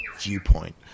viewpoint